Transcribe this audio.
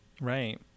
Right